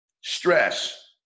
Stress